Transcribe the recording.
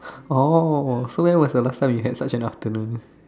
oh so when was the last time you had such an afternoon